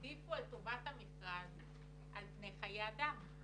שהעדיפו את טובת המכרז על פני חיי אדם.